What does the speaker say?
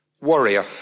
Warrior